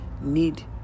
need